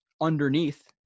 underneath